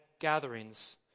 gatherings